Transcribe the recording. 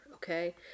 Okay